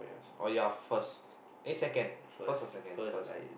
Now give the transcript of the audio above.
oh you're first eh second first or second first